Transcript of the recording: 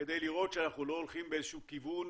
כדי לראות שאנחנו לא הולכים באיזה שהוא כיוון